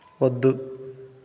వద్దు